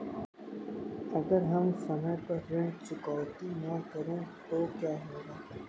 अगर हम समय पर ऋण चुकौती न करें तो क्या होगा?